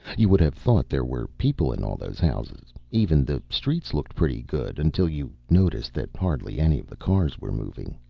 you would have thought there were people in all those houses. even the streets looked pretty good, until you noticed that hardly any of the cars were moving.